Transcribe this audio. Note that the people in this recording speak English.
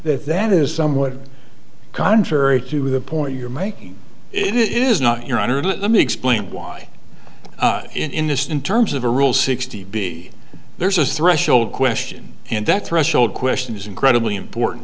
that that is somewhat contrary to the point you're making it is not your honor let me explain why in this in terms of a rule sixty b there's a threshold question and that threshold question is incredibly important